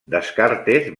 descartes